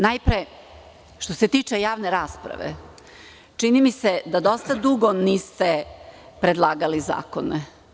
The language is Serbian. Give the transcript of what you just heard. Najpre, što se tiče javne rasprave, čini mi se da dosta dugo niste predlagali zakone.